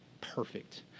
perfect